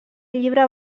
llibre